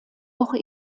woche